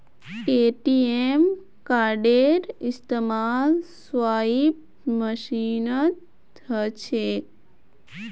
ATM कार्डेर इस्तमाल swipe मशीनत ह छेक